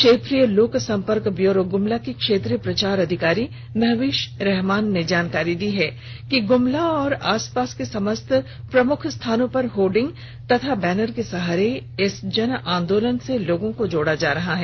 क्षेत्रीय लोक संपर्क ब्यूरो गुमला की क्षेत्रीय प्रचार अधिकारी महविश रहमान ने जानकारी दी है कि गुमला और आसपास के समस्त प्रमुख स्थानों पर होर्डिंग तथा बैनर के सहारे इस जन आंदोलन से लोगों को जोड़ा जा रहा है